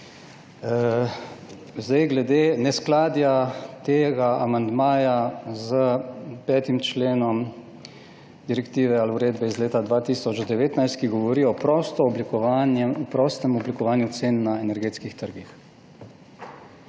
Glede neskladja tega amandmaja s 5. členom direktive ali uredbe iz leta 2019, ki govori o prostem oblikovanju cen na energetskih trgih.